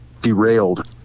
derailed